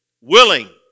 willing